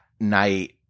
night